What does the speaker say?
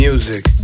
Music